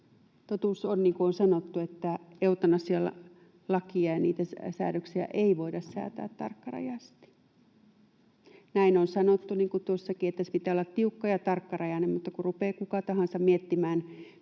kuin on sanottu, että eutanasialakia ja niiden säädöksiä ei voida säätää tarkkarajaisesti. Näin on sanottu, niin kuin tuossakin, että sen pitää olla tiukka- ja tarkkarajainen, mutta kun kuka tahansa rupeaa miettimään,